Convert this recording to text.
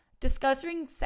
Discussing